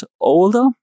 older